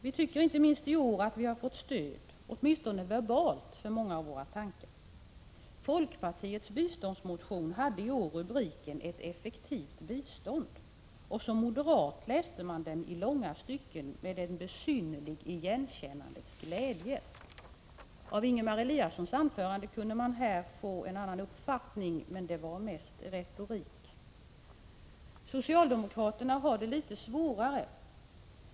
Vi tycker att vi inte minst i år har fått stöd, åtminstone verbalt, för många av våra tankar. Folkpartiets biståndsmotion hade i år rubriken ”Ett effektivt bistånd”, och som moderat läste man långa stycken i den med en besynnerlig igenkännandets glädje. Av Ingemar Eliassons anförande kunde man få en annan uppfattning, men det var mest retorik. Socialdemokraterna har det litet svårare.